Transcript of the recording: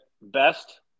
Best